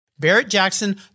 barrett-jackson